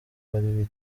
bari